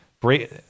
break